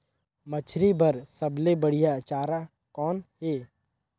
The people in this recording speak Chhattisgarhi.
मछरी बर सबले बढ़िया चारा कौन हे?